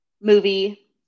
movie